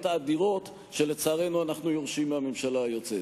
האדירות שלצערנו אנחנו יורשים מהממשלה היוצאת.